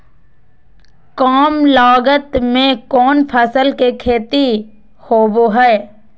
काम लागत में कौन फसल के खेती होबो हाय?